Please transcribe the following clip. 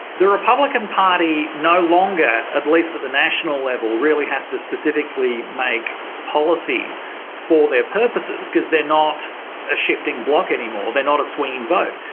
the republican party no longer, at least at the national level, really has to specifically make policy for their purposes, because they're not a shifting bloc anymore, they're not a swinging vote,